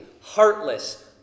heartless